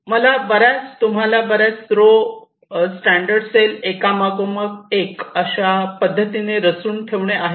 मला बऱ्याच तुम्हाला बऱ्याच रो मध्ये स्टॅंडर्ड सेल एकामागोमाग एक अशा पद्धतीने रचून ठेवणे आहे